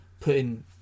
putting